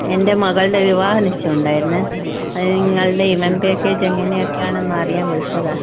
എൻ്റെ മകളുടെ വിവാഹ നിശ്ചയം ഉണ്ടായിരുന്നേ അതിന് നിങ്ങളുടെ ഇവൻറ്റ് പാക്കേജ് എങ്ങനെയൊക്കെയാണെന്ന് അറിയാൻ വിളിച്ചതാണ്